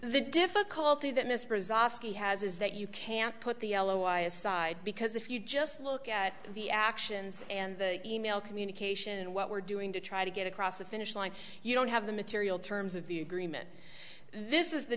the difficulty that mr zazi has is that you can't put the yellow eye aside because if you just look at the actions and the e mail communication and what we're doing to try to get across the finish line you don't have the material terms of the agreement this is the